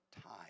time